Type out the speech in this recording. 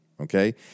okay